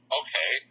okay